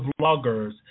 bloggers